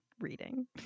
Reading